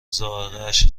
ذائقهاش